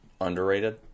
underrated